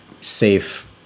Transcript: safe